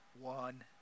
one